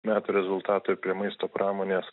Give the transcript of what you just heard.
metų rezultatų ir prie maisto pramonės